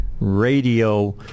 radio